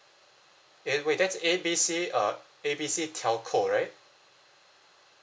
eh wait that's A B C uh A B C telco right